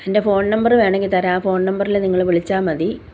എൻ്റെ phone number വേണമെങ്കിൽ തരാം ആ ഫോൺ നമ്പറിൽ നിങ്ങൾ വിളിച്ചാൽ മതി